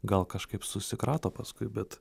gal kažkaip susikrato paskui bet